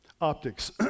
optics